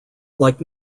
like